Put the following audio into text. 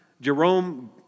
Jerome